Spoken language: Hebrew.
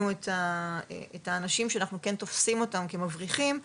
את האנשים שאנחנו כן תופסים אותם כמבריחים,